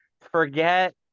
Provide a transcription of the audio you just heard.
forget